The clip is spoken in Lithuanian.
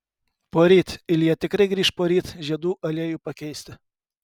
poryt ilja tikrai grįš poryt žiedų aliejui pakeisti